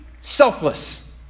selfless